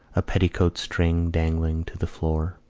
a petticoat string dangled to the floor.